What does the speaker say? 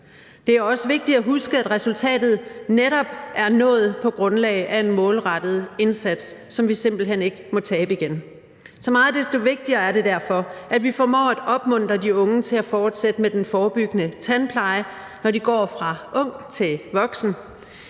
Det er også vigtigt at huske, at resultatet netop er nået på grund af en målrettet indsats, som vi simpelt hen ikke må tabe igen. Så meget desto vigtigere er det derfor, at vi formår at opmuntre de unge til at fortsætte med den forebyggende tandpleje, når de går fra ung til voksen.